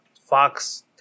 Fox